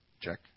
Check